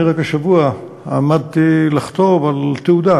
אני רק השבוע עמדתי לחתום על תעודה,